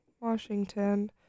Washington